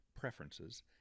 preferences